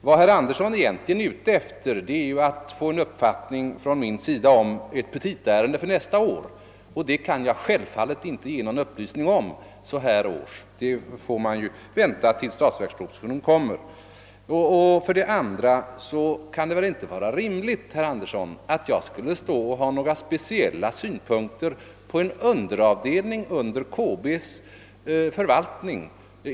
Vad herr Andersson i Örebro egentligen är ute efter är min uppfattning om ett petitaärende som skall behandlas nästa år, och det kan jag självfallet inte ge någon upplysning om; man får helt enkelt vänta tills statsverkspropositionen presenteras. Vidare kan det väl inte vara rimligt, herr Andersson, att jag skulle framföra några speciella synpunkter på en avdelning som står under KB:s förvaltning.